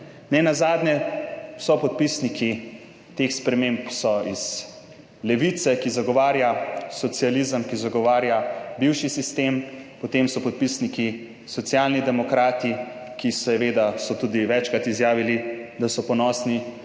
Nenazadnje so sopodpisniki teh sprememb iz Levice, ki zagovarja socializem, ki zagovarja bivši sistem, potem so sopodpisniki Socialni demokrati, ki so seveda tudi večkrat izjavili, da so ponosni